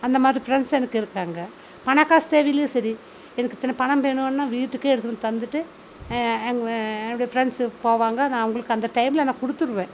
அந்த மாதிரி ஃபிரெண்ட்ஸ் எனக்கு இருக்குறாங்க பணக்காசு தேவையிலையும் சரி எனக்கு இத்தனை பணம் வேணும்ன்னு வீட்டுக்கே எடுத்துகிட்டு வந்து தந்துவிட்டு என் என்னுடைய ஃபிரெண்ட்ஸ் போவாங்க நான் அவங்களுக்கு அந்த டைமில் நான் கொடுத்துருவேன்